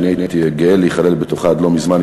שאני הייתי גאה להיכלל בתוכה עד לא מזמן,